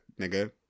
nigga